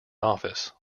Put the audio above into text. office